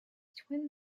twin